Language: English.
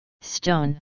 Stone